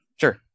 Sure